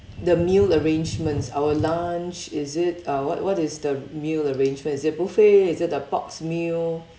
the meal arrangements our lunch is it uh what what is the meal arrangement is it buffet is it the boxed meal